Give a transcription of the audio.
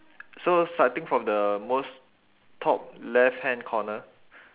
so starting from the most top left hand corner